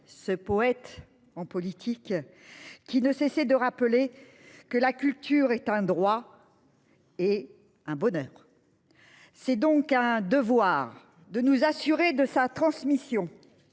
ce poète en politique. Qui ne cessait de rappeler que la culture est un droit. Et un bonheur. C'est donc un devoir de nous assurer de sa transmission.